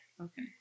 Okay